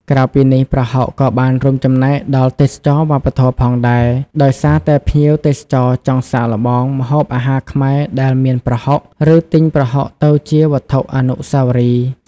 ក្រៅពីនេះ ប្រហុកក៏បានរួមចំណែកដល់ ទេសចរណ៍វប្បធម៌ ផងដែរ ដោយសារតែភ្ញៀវទេសចរចង់សាកល្បងម្ហូបអាហារខ្មែរដែលមានប្រហុក ឬទិញប្រហុកទៅជាវត្ថុអនុស្សាវរីយ៍។